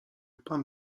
pan